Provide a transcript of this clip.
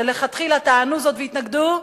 שמלכתחילה טענו זאת והתנגדו,